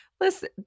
listen